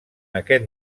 aquest